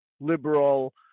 liberal